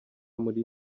muri